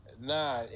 Nah